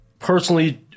personally